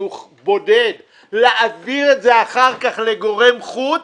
שהוא בודד, להעביר את זה אחר כך לגורם חוץ,